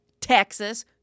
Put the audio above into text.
Texas